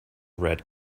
red